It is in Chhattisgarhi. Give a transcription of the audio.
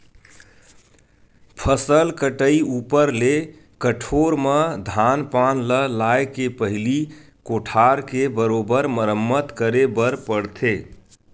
फसल कटई ऊपर ले कठोर म धान पान ल लाए के पहिली कोठार के बरोबर मरम्मत करे बर पड़थे